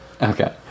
Okay